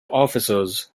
officers